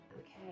Okay